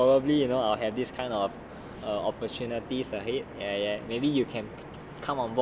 ya probably you know I'll have this kind of opportunities ahead eh maybe you can